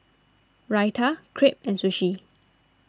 Raita Crepe and Sushi